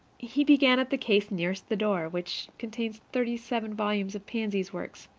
he began at the case nearest the door, which contains thirty-seven volumes of pansy's works.